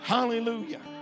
Hallelujah